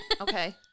okay